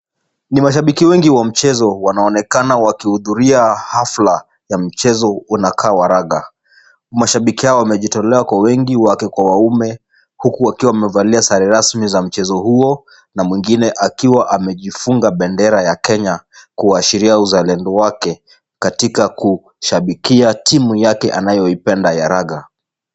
Ni mashabiki wengi wa mchezo wanaonekana wakihudhuria hafla ya mchezo unakaa wa raga. Mashabiki hawa wamejitolea kwa wengi wake kwa waume, huku wakiwa wamevalia sare rasmi za mchezo huo na mwingine akiwa amejifunga bendera ya Kenya kuwashiria uzalendo wake katika kushabikia timu yake anayoipenda ya raga.